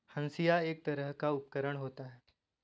हंसिआ एक तरह का उपकरण होता है